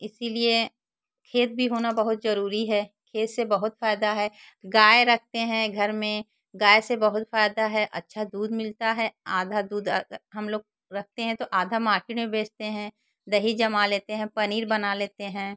इसीलिए खेत भी होना बहोत ज़रूरी है खेत से बहुत फ़ायदा है गाय रखते हैं घर में गाय से बहुत फ़ायदा है अच्छा दूध मिलता है आधा दूध हम लोग रखते हैं तो आधा मार्केट में बेचते हैं दही जमा लेते हैं पनीर बना लेते हैं